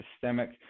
systemic